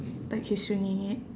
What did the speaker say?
like he's swinging it